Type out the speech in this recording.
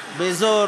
באזור